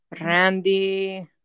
Randy